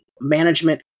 Management